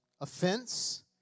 offense